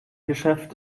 geschäft